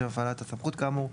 לשם הפעלת הסמכות כאמור,